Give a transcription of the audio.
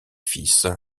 fils